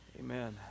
Amen